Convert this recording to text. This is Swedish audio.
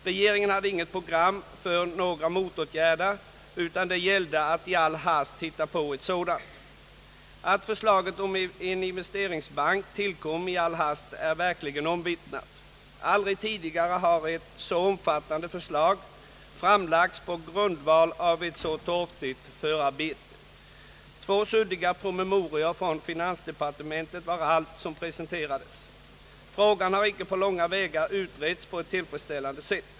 Regeringen hade inget program för motåtgärder, utan det gällde att i all hast hitta på ett sådant. Att förslaget om en investeringsbank tillkom i all hast är verkligen omvittnat. Aldrig tidigare har ett så omfattande förslag framförts på grundval av ett så torftigt förarbete. Två suddiga promemorior från finansdepartementet var allt som presenterades. Frågan har inte på långa vägar utretts tillfredsställande.